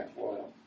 oil